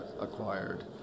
acquired